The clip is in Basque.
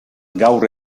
gaur